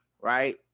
right